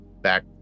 back